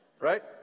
right